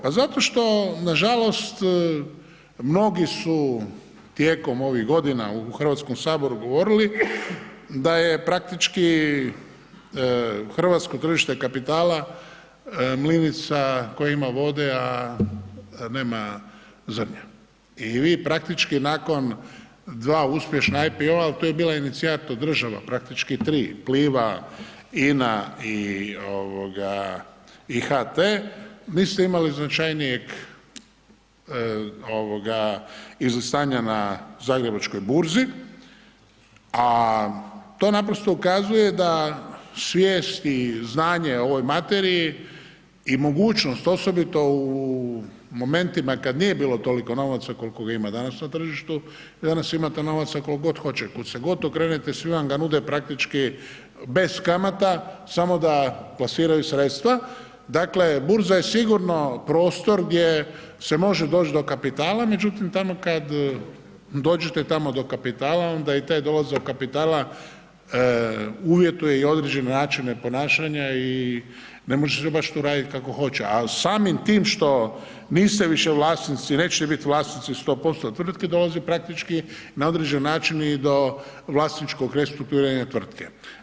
Pa zato što nažalost mnogi su tijekom ovih godina u HS govorili da je praktički hrvatsko tržište kapitala mlinica koja ima vode, a nema zrnja i vi praktički nakon dva uspješna … [[Govornik se ne razumije]] al tu je bila inicijator država, praktički 3, Pliva, INA i ovoga i HT, niste imali značajnijeg ovoga izlistanja na Zagrebačkoj burzi, a to naprosto ukazuje da svijest i znanje o ovoj materiji i mogućnost osobito u momentima kad nije bilo toliko novaca kolko ga ima danas na tržištu, vi danas imate novaca koliko god hoće, kud god se okrenete svi vam ga nude praktički bez kamata samo da plasiraju sredstva, dakle burza je sigurno prostor gdje se može doć do kapitala, međutim tamo kad dođete tamo do kapitala onda i taj dolazak do kapitala uvjetuje i određene načine ponašanja i ne može se baš to radit kako hoće, a samim tim što niste više vlasnici, nećete bit vlasnici 100% tvrtke dolazi praktički na određen način i do vlasničkog restrukturiranja tvrtke.